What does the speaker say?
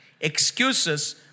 Excuses